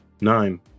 Nine